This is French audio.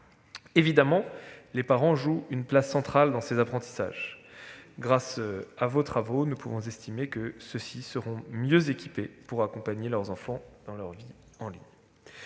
Évidemment, les parents jouent un rôle central dans ces apprentissages. Grâce à vos travaux, nous pouvons estimer que ceux-ci seront mieux équipés pour accompagner leurs enfants dans leur vie en ligne.